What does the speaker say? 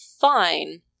fine